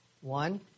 One